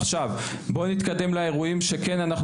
עכשיו בוא נתקדם לאירועים שכן אנחנו